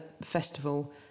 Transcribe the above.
festival